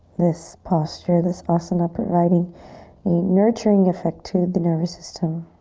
this posture, this asana providing the nurturing effect to the nervous system.